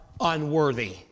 unworthy